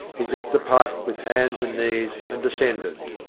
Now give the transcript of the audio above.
he gripped the pipe with hands and knees, and descended.